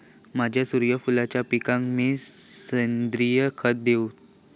माझ्या सूर्यफुलाच्या पिकाक मी सेंद्रिय खत देवू?